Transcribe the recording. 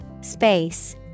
Space